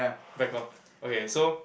back on okay so